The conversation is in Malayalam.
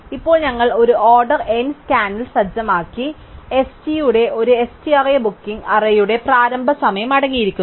ഇപ്പോൾ ഞങ്ങൾ ഒരു ഓർഡർ n സ്കാനിൽ സജ്ജമാക്കി ST യുടെ ഒരു ST അറേ ബുക്കിംഗ് അറേയുടെ പ്രാരംഭ സമയം അടങ്ങിയിരിക്കുന്നു